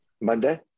Monday